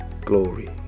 Glory